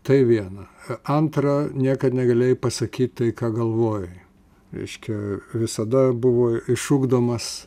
tai viena antra niekad negalėjai pasakyt tai ką galvojai reiškia visada buvo išugdomas